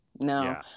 No